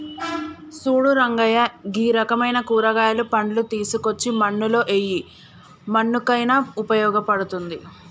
సూడు రంగయ్య గీ రకమైన కూరగాయలు, పండ్లు తీసుకోచ్చి మన్నులో ఎయ్యి మన్నుకయిన ఉపయోగ పడుతుంది